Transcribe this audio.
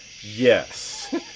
Yes